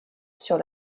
sur